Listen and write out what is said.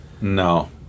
No